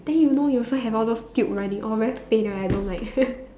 then you know you also have all those tube running all very pain right I don't like